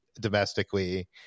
domestically